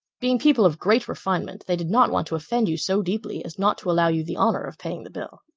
being people of great refinement, they did not want to offend you so deeply as not to allow you the honor of paying the bill.